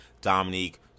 Dominique